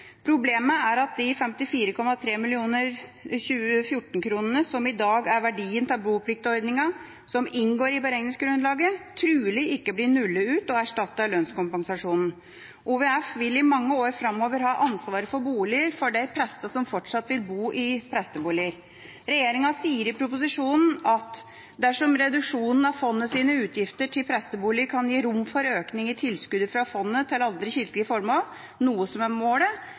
Problemet er at de 54,3 mill. i 2014-kroner som i dag er verdien av bopliktordningen som inngår i beregningsgrunnlaget, trolig ikke blir nullet ut og erstattet av lønnskompensasjonen. OVF vil i mange år framover ha ansvar for boliger for de prestene som fortsatt vil bo i presteboliger. Regjeringen sier i proposisjonen: «Dersom reduksjonen av fondet sine utgifter til prestebustadene kan gi rom for auke i tilskottet frå fondet til andre kyrkjelege formål, noko som er målet,